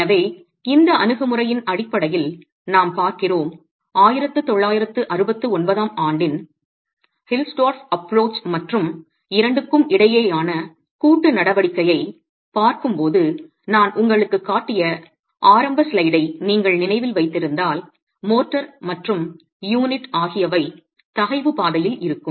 எனவே இந்த அணுகுமுறையின் அடிப்படையில் நாம் பார்க்கிறோம் 1969 ஆம் ஆண்டின் ஹில்ஸ்டோர்ஃப்பின் அணுகுமுறை Hilsdorf's approach மற்றும் இரண்டுக்கும் இடையேயான கூட்டு நடவடிக்கையைப் பார்க்கும்போது நான் உங்களுக்குக் காட்டிய ஆரம்ப ஸ்லைடை நீங்கள் நினைவில் வைத்திருந்தால் மோர்டர் மற்றும் யூனிட் ஆகியவை தகைவு பாதையில் இருக்கும்